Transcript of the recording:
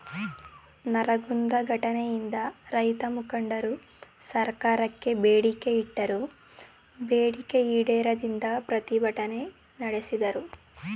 ನರಗುಂದ ಘಟ್ನೆಯಿಂದ ರೈತಮುಖಂಡ್ರು ಸರ್ಕಾರಕ್ಕೆ ಬೇಡಿಕೆ ಇಟ್ರು ಬೇಡಿಕೆ ಈಡೇರದಿಂದ ಪ್ರತಿಭಟ್ನೆ ನಡ್ಸುದ್ರು